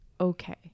okay